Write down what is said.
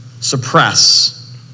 suppress